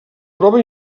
prova